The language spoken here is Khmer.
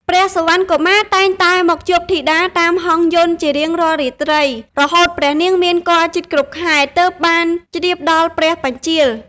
ព្រះសុវណ្ណកុមារតែងតែមកជួបធីតាតាមហង្សយន្តជារៀងរាល់រាត្រី រហូតព្រះនាងមានគភ៌ជិតគ្រប់ខែ ទើបបានជ្រាបដល់ព្រះបញ្ចាល៍។